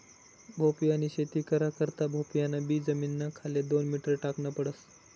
भोपयानी शेती करा करता भोपयान बी जमीनना खाले दोन मीटर टाकन पडस